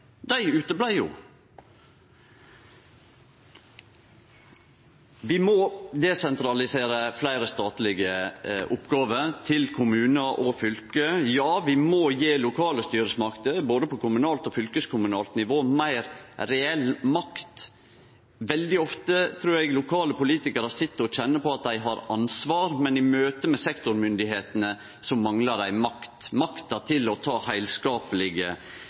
Vi må desentralisere fleire statlege oppgåver til kommunar og fylke. Ja, vi må gje lokale styresmakter, både på kommunalt og på fylkeskommunalt nivå, meir reell makt. Eg trur lokale politikarar veldig ofte sit og kjenner på at dei har ansvar, men i møte med sektormyndigheitene manglar dei makt, makta til å ta heilskaplege